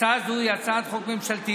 הצעה זו היא הצעת חוק ממשלתית,